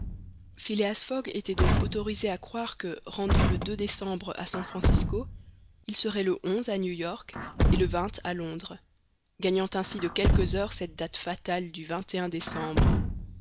phileas fogg était donc autorisé à croire que rendu le décembre à san francisco il serait le à new york et le à londres gagnant ainsi de quelques heures cette date fatale du décembre